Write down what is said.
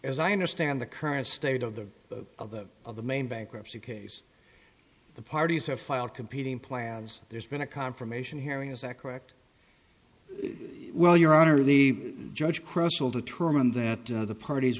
as i understand the current state of the of the of the main bankruptcy case the parties have filed competing plans there's been a confirmation hearing is that correct well your honor the judge cross will determine that the parties